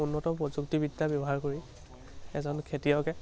উন্নত প্ৰযুক্তিবিদ্যা ব্যৱহাৰ কৰি এজন খেতিয়কে